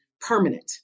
permanent